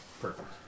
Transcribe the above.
Perfect